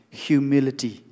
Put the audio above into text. humility